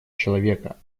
человека